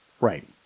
right